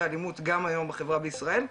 גם היום בחברה בישראל.